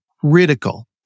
critical